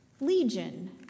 Legion